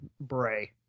Bray